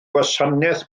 gwasanaeth